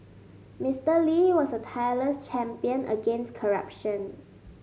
Mister Lee was a tireless champion against corruption